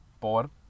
Por